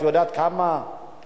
את יודעת רק בדלק